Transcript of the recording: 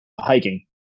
Hiking